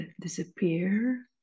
disappear